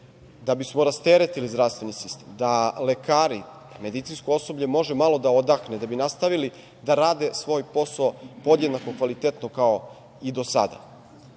da bismo rasteretili zdravstveni sistem, da lekari, medicinsko osoblje može malo da odahne, da bi nastavili da rade svoj posao podjednako kvalitetno kao i do sada. Tu